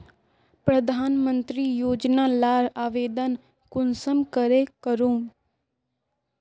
प्रधानमंत्री योजना लार आवेदन कुंसम करे करूम?